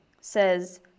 says